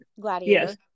Gladiator